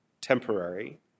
temporary